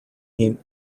him